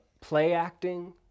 play-acting